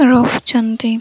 ରହୁଛନ୍ତି